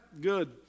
good